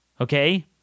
okay